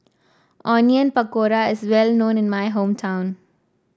Onion Pakora is well known in my hometown